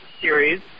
series